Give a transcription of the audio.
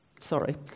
sorry